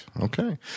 Okay